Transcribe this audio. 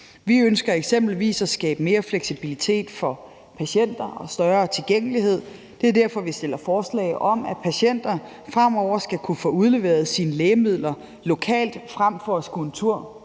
Vi ønsker eksempelvis at skabe mere fleksibilitet for patienter og større tilgængelighed. Det er derfor, vi stiller forslag om, at patienter fremover skal kunne få udleveret deres lægemidler lokalt frem for at